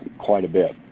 quite a bit.